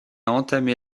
entamé